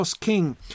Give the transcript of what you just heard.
king